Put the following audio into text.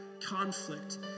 conflict